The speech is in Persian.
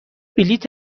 بلیط